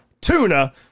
tuna